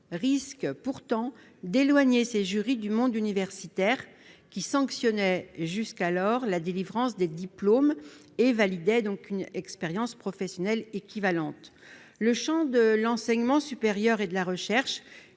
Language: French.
risque pourtant d'éloigner ces jurys du monde universitaire, qui sanctionnait jusqu'alors la délivrance des diplômes en validant une expérience professionnelle équivalente. Le champ de l'enseignement supérieur et de la recherche,